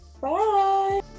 Bye